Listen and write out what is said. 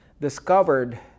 discovered